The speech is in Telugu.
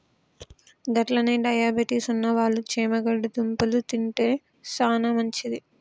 గట్లనే డయాబెటిస్ ఉన్నవాళ్ళు చేమగడ్డ దుంపలు తింటే సానా మంచిది